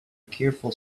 careful